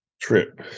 trip